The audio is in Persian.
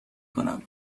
کنم